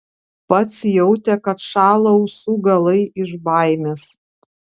pats jautė kad šąla ausų galai iš baimės